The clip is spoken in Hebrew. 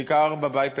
בעיקר בבית היהודי,